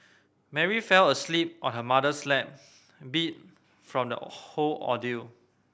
Mary fell asleep on her mother's lap beat from the whole ordeal